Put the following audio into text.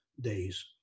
days